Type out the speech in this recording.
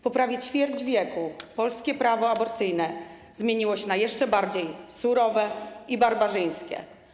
Po prawie ćwierć wieku polskie prawo aborcyjne zmieniło się na jeszcze bardziej surowe i barbarzyńskie.